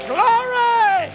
Glory